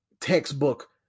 textbook